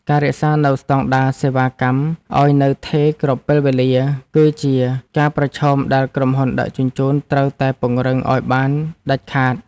ការរក្សានូវស្ដង់ដារសេវាកម្មឱ្យនៅថេរគ្រប់ពេលវេលា គឺជាការប្រឈមដែលក្រុមហ៊ុនដឹកជញ្ជូនត្រូវតែពង្រឹងឱ្យបានដាច់ខាត។